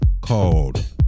called